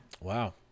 wow